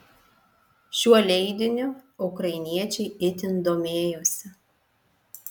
šiuo leidiniu ukrainiečiai itin domėjosi